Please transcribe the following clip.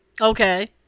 Okay